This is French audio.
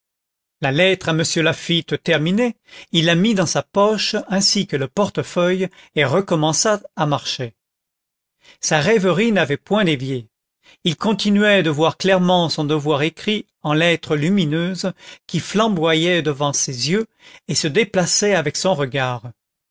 la lettre à m laffitte terminée il la mit dans sa poche ainsi que le portefeuille et recommença à marcher sa rêverie n'avait point dévié il continuait de voir clairement son devoir écrit en lettres lumineuses qui flamboyaient devant ses yeux et se déplaçaient avec son regard